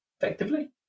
effectively